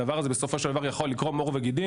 הדבר הזה בסופו של דבר יכול לקרום עור וגידים,